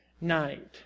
night